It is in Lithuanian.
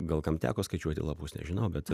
gal kam teko skaičiuoti lapus nežinau bet